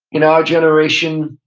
in our generation,